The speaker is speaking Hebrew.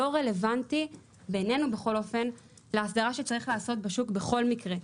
רלוונטי למה שצריך לעשות בשוק בכל מקרה.